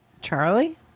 Charlie